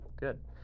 good